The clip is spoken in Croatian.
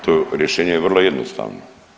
To rješenje je vrlo jednostavno.